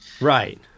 Right